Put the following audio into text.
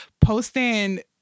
posting